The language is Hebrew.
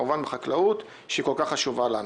שלא יפגע כמובן החקלאות שהיא כל-כך חשובה לנו.